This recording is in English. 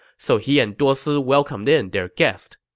so he and duosi welcomed in their guest.